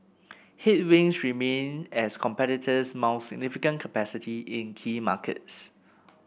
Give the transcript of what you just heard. headwinds remain as competitors mount significant capacity in key markets